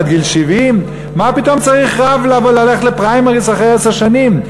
עד גיל 70. מה פתאום רב צריך ללכת לפריימריז אחרי עשר שנים,